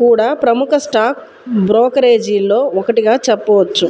కూడా ప్రముఖ స్టాక్ బ్రోకరేజీల్లో ఒకటిగా చెప్పొచ్చు